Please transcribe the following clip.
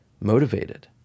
motivated